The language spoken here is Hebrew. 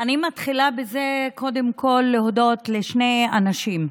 אני מתחילה קודם כול בלהודות לשני אנשים: